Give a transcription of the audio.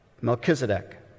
Melchizedek